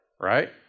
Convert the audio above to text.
Right